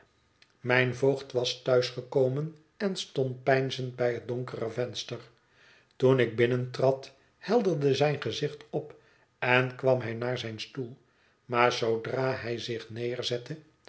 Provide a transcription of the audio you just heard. mijn voogd was thuis gekomen en stond peinzend bij het donkere venster toen ik binnentrad helderde zijn gezicht op en kwam hij naar zijn stoel maar zoodra hij zich neerzette